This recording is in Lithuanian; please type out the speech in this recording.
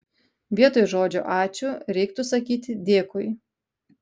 vietoj žodžio ačiū reiktų sakyti dėkui